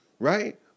right